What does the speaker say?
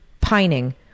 pining